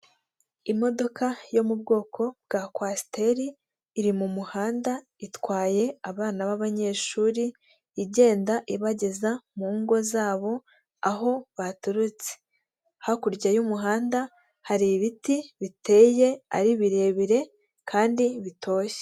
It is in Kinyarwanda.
Imodoka yo mu bwoko bwa kwasiteri, iri mu muhanda itwaye, abana b'abanyeshuri, igenda ibageza mu ngo zabo aho baturutse. Hakurya y'umuhanda hari ibiti biteye ari birebire, kandi bitoshye.